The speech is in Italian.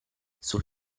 sul